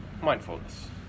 mindfulness